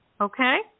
Okay